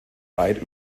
leid